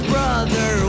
Brother